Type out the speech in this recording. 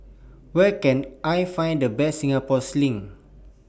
Where Can I Find The Best Singapore Sling